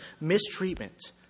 mistreatment